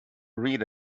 read